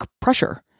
pressure